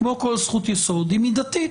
כמו כל זכות יסוד היא מידתית,